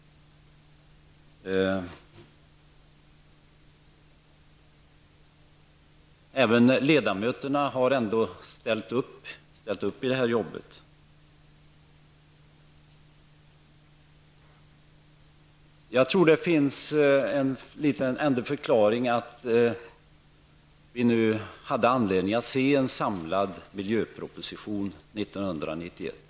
Även ledamöterna har ändå ställt upp i det här jobbet. Jag tror att det finns en förklaring till att vi nu bör se en samlad miljöproposition 1991.